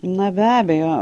na be abejo